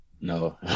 No